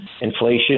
inflation